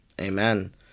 Amen